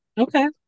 Okay